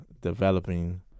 developing